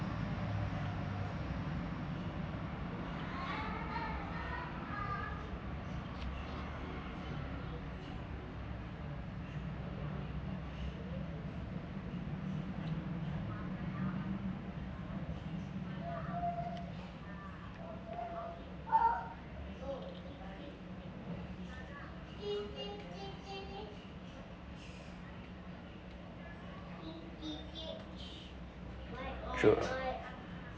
true